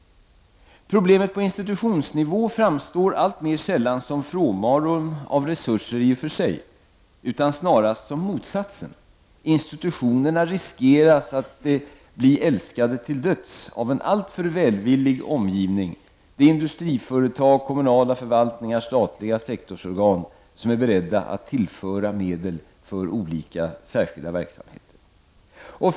Problemet på institutionsnivå framstår alltmer sällan som frånvaro av resurser i och och för sig, utan snarast som motsatsen. Institutionerna riskerar att bli älskade till döds av en alltför välvillig omgivning. Det är industriföretag, kommunala förvaltningar och statliga sektorsorgan som är beredda att tillföra medel för olika särskilda verksamheter.